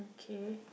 okay